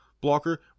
blocker